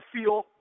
feel